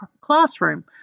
classroom